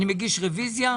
אני מגיש רוויזיה.